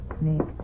Nick